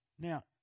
Now